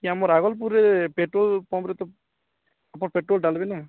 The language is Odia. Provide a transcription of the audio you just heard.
ଇଏ ଆମ ରାଇରଙ୍ଗପୁରରେ ପେଟ୍ରୋଲ୍ ପମ୍ପରେ ତ ଆମର୍ ପେଟ୍ରୋଲ୍ ଡାଲିବି ନା